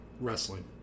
wrestling